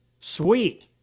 Sweet